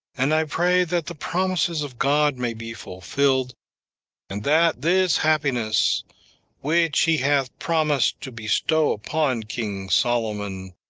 and i pray that the promises of god may be fulfilled and that this happiness which he hath promised to bestow upon king solomon,